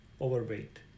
overweight